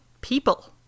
people